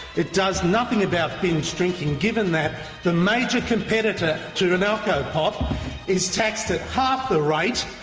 it does nothing about binge drinking, given that the major competitor to an alcopop is taxed at half the rate,